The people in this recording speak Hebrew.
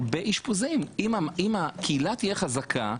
אם הקהילה תהיה חזקה,